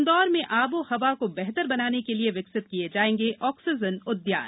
इंदौर में आबो हवा को बेहतर बनाने के लिए विकसित किये जायेंगे ऑक्सीजन उद्यान